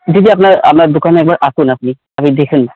দিদি আপনার আমার দোকানে একবার আসুন আপনি আপনি দেখেন